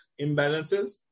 imbalances